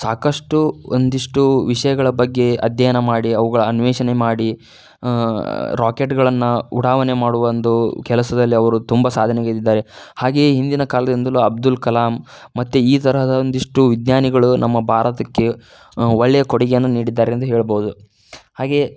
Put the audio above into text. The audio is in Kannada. ಸಾಕಷ್ಟು ಒಂದಿಷ್ಟು ವಿಷಯಗಳ ಬಗ್ಗೆ ಅಧ್ಯಯನ ಮಾಡಿ ಅವುಗಳ ಅನ್ವೇಷಣೆ ಮಾಡಿ ರಾಕೆಟ್ಗಳನ್ನು ಉಡಾವಣೆ ಮಾಡುವ ಒಂದು ಕೆಲಸದಲ್ಲಿ ಅವರು ತುಂಬ ಸಾಧನೆಗೈದಿದ್ದಾರೆ ಹಾಗೆಯೇ ಹಿಂದಿನ ಕಾಲದಿಂದಲೂ ಅಬ್ದುಲ್ ಕಲಾಮ್ ಮತ್ತು ಈ ತರಹದ ಒಂದಿಷ್ಟು ವಿಜ್ಞಾನಿಗಳು ನಮ್ಮ ಭಾರತಕ್ಕೆ ಒಳ್ಳೆಯ ಕೊಡುಗೆಯನ್ನು ನೀಡಿದ್ದಾರೆ ಎಂದು ಹೇಳಬೋದು ಹಾಗೆಯೇ